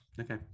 okay